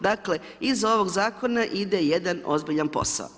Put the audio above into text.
Dakle iz ovog zakona ide jedan ozbiljan posao.